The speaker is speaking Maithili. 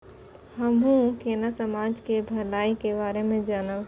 हमू केना समाज के भलाई के बारे में जानब?